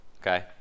okay